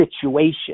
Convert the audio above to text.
situation